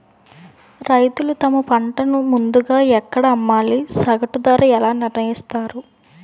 రైతులు తమ పంటను ముందుగా ఎక్కడ అమ్మాలి? సగటు ధర ఎలా నిర్ణయిస్తారు?